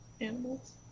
animals